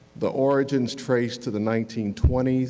the origins traced to the nineteen twenty s.